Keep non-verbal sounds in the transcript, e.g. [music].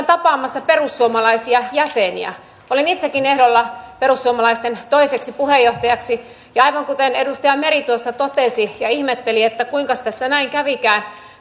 [unintelligible] tapaamassa perussuomalaisia jäseniä olin itsekin ehdolla perussuomalaisten toiseksi puheenjohtajaksi ja aivan kuten edustaja meri tuossa totesi ja ihmetteli että kuinkas tässä näin kävikään niin